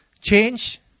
Change